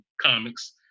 comics